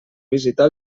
visitar